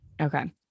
Okay